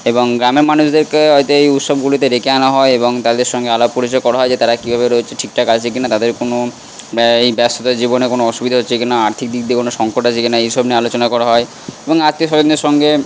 এবং গ্রামের মানুষদেরকে হয়তো এই উৎসবগুলিতে ডেকে আনা হয় এবং তাদের সঙ্গে আলাপ পরিচয় করা হয় যে তারা কীভাবে রয়েছে ঠিকঠাক আছে কি না তাদের কোনো এই ব্যস্ততার জীবনে কোনো অসুবিধা হচ্ছে কি না আর্থিক দিক দিয়ে কোনো সংকট আছে কি না এইসব নিয়ে আলোচনা করা হয় এবং আত্মীয় স্বজনদের সঙ্গে